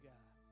God